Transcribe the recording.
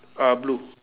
uh blue